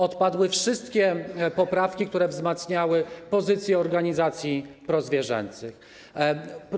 Odpadły wszystkie poprawki, które wzmacniały pozycję organizacji prozwierzęcych.